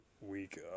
week